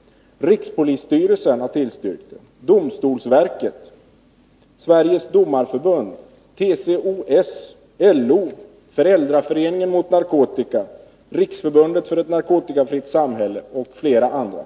—, rikspolisstyrelsen, domstolsverket, Sveriges domareförbund, TCO/S, LO, Föräldraföreningen mot narkotika, Riksförbundet för ett narkotikafritt samhälle och flera andra.